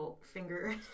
finger